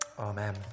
Amen